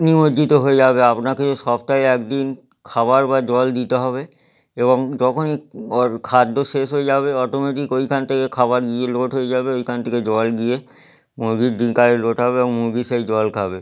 নিমজ্জিত হয়ে যাবে আপনাকে সপ্তাহে এক দিন খাবার বা জল দিতে হবে এবং যখনই ওর খাদ্য শেষ হয়ে যাবে অটোমেটিক ওইখান থেকে খাবার রিলোড হয়ে যাবে ওইখান থেকে জল গিয়ে মুরগির ডিকায় লোড হবে এবং মুরগি সেই জল খাবে